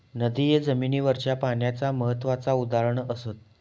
नदिये जमिनीवरच्या पाण्याचा महत्त्वाचा उदाहरण असत